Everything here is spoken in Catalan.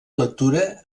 lectura